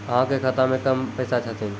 अहाँ के खाता मे कम पैसा छथिन?